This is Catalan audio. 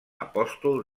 apòstol